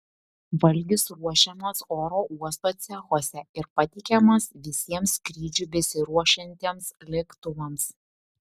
valgis ruošiamas oro uosto cechuose ir pateikiamas visiems skrydžiui besiruošiantiems lėktuvams